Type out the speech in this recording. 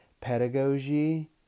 pedagogy